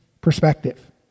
perspective